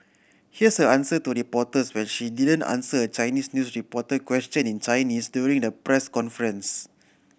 here's her answer to reporters when she didn't answer a Chinese news reporter question in Chinese during the press conference